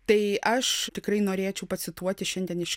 tai aš tikrai norėčiau pacituoti šiandien iš